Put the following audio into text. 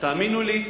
תאמינו לי,